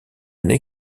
aîné